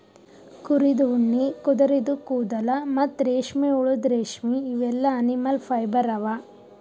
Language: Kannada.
ಕುರಿದ್ ಉಣ್ಣಿ ಕುದರಿದು ಕೂದಲ ಮತ್ತ್ ರೇಷ್ಮೆಹುಳದ್ ರೇಶ್ಮಿ ಇವೆಲ್ಲಾ ಅನಿಮಲ್ ಫೈಬರ್ ಅವಾ